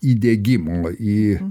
įdiegimo į